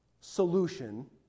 solution